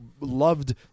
loved